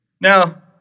Now